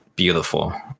beautiful